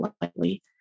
lightly